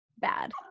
bad